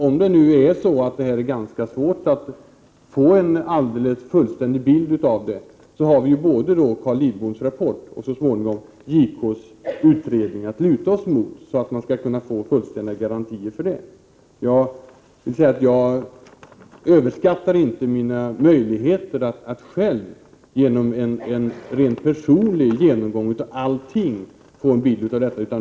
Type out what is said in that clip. Om det är så att det är ganska svårt att få en fullständig bild av det hela, har vi ju både Carl Lidboms rapport och så småningom JK:s utredning att luta oss mot, så att man skall kunna få fullständiga garantier. Jag överskattar inte mina möjligheter att själv genom en rent personlig genomgång av allting få en bild av detta.